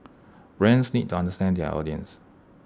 brands need to understand their audience